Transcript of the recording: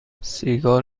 سیگار